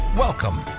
Welcome